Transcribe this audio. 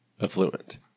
affluent